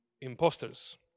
imposters